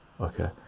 okay